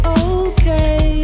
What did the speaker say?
okay